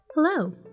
Hello